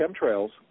chemtrails